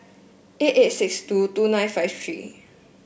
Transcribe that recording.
eight eight six two two nine five three